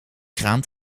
kraan